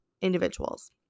individuals